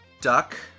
duck